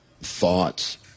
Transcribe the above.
thoughts